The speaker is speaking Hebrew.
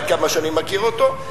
עד כמה שאני מכיר אותו,